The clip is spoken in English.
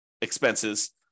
expenses